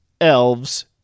elves